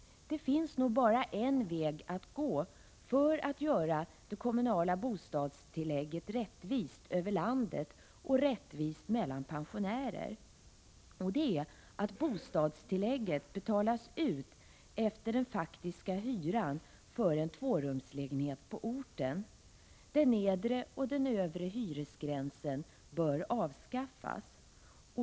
Det finns nog bara en väg att gå för att göra det kommunala bostadstillägget rättvist över landet och rättvist mellan pensionärer. Det är att se till att bostadstillägget betalas ut efter den faktiska hyran för en tvårumslägenhet på orten. Den nedre och den övre hyresgränsen bör avskaffas.